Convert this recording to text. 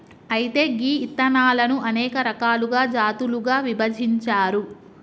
అయితే గీ ఇత్తనాలను అనేక రకాలుగా జాతులుగా విభజించారు